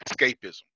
escapism